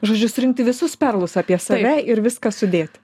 žodžiu surinkti visus perlus apie save ir viską sudėti